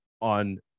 on